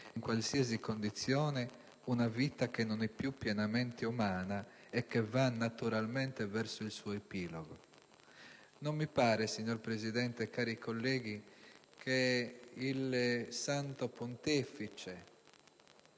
in qualsiasi condizione, una vita che non è più pienamente umana e che va naturalmente verso il suo epilogo». Non mi pare, signor Presidente e cari colleghi, che il Sommo Pontefice,